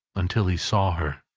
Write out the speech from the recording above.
until he saw her,